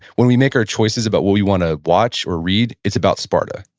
when we make our choices about what we want to watch or read, it's about sparta?